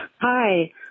Hi